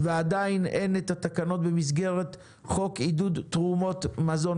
ועדיין אין תקנות במסגרת חוק עידוד תרומות מזון,